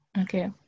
okay